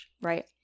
right